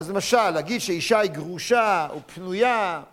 אז למשל, להגיד שאישה היא גרושה או פנויה...